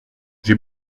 j’ai